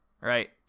right